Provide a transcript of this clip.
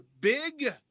big